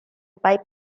pipe